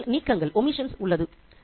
சிறுகதையில் நீக்கங்கள் உள்ளன